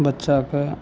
बच्चाके